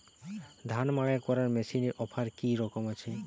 ধান মাড়াই করার মেশিনের অফার কী রকম আছে?